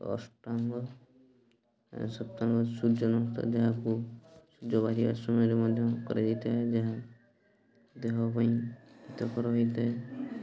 ଅଷ୍ଟାଙ୍ଗ ସପ୍ତାଙ୍ଗ ସୂର୍ଯ୍ୟ ନମସ୍କାର ଯାହାକୁ ସୂର୍ଯ୍ୟ ବାହାରିବା ସମୟରେ ମଧ୍ୟ କରାଯାଇଥାଏ ଯାହା ଦେହ ପାଇଁ ହିତକର ହୋଇଥାଏ